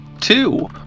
Two